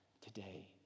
today